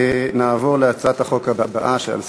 נעבור להצעת החוק הבאה שעל סדר-היום,